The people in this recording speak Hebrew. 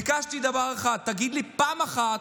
ביקשתי דבר אחד: תגיד לי פעם אחת,